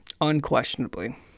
unquestionably